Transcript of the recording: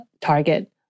target